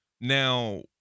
now